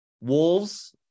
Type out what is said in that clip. wolves